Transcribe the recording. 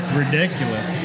ridiculous